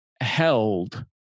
held